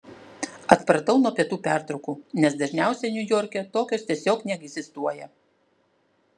atpratau nuo pietų pertraukų nes dažniausiai niujorke tokios tiesiog neegzistuoja